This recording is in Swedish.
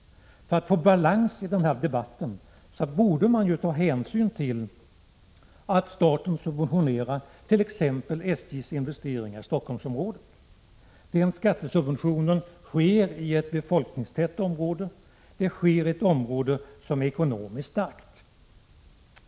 För att få en balans i den här debatten borde man ta hänsyn till att staten subventionerar t.ex. SJ:s investeringar i Stockholmsområdet. Den skattesubventionen sker i ett befolkningstätt område. Den sker i ett område som är ekonomiskt starkt.